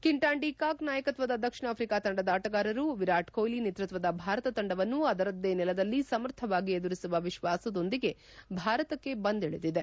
Quinton de Kock ನಾಯಕತ್ವದ ದಕ್ಷಿಣ Africa ತಂಡದ ಆಟಗಾರರು ವಿರಾಟ್ ಕೊಹ್ಲಿ ನೇತೃತ್ವದ ಭಾರತ ತಂಡವನ್ನು ಅದರದ್ದೇ ನೆಲದಲ್ಲಿ ಸಮರ್ಥವಾಗಿ ಎದುರಿಸುವ ವಿಶ್ವಾಸದೊಂದಿಗೆ ಭಾರತಕ್ಕೆ ಬಂದಿಳಿದಿದೆ